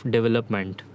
Development